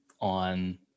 on